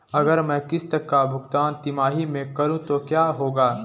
अगर मैं किश्त का भुगतान तिमाही में करूं तो क्या होगा?